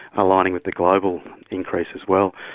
aligning with the global increase as well,